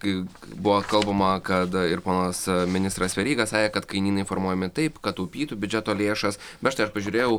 kai buvo kalbama kad ir ponas ministras veryga sakė kad kainynai formuojami taip kad taupytų biudžeto lėšas bet štai aš pažiūrėjau